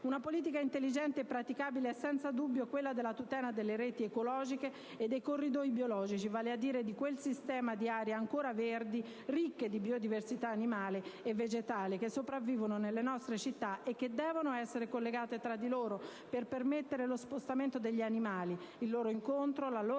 Una politica intelligente e praticabile è senza dubbio quella della tutela delle reti ecologiche e dei corridoi biologici, vale a dire di quel sistema di aree ancora verdi, ricche di biodiversità animale e vegetale, che sopravvivono nelle nostre città e che devono essere collegate tra di loro per permettere lo spostamento degli animali, il loro incontro e la loro